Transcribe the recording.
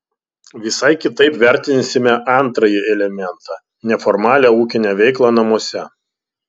visai kitaip vertinsime antrąjį elementą neformalią ūkinę veiklą namuose